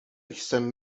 jsem